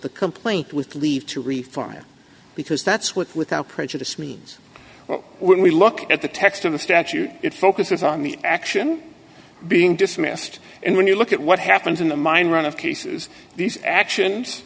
the complaint with leave to reforest because that's what without prejudice means when we look at the text of the statute it focuses on the action being dismissed and when you look at what happens in the mind run of cases these actions